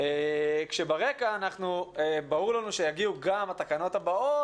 כשברקע ברור לנו שיגיעו גם התקנות הבאות,